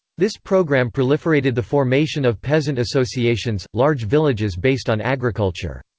this program proliferated the formation of peasant associations, large villages based on agriculture.